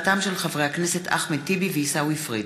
בעקבות דיון מהיר בהצעתם של חברי הכנסת אחמד טיבי ועיסאווי פריג'